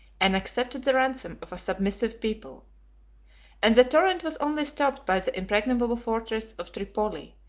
and accepted the ransom of a submissive people and the torrent was only stopped by the impregnable fortress of tripoli,